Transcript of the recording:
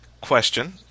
Question